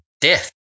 death